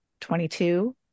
22